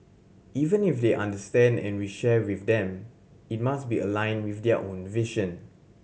even if they understand and we share with them it must be aligned with their own vision